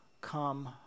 come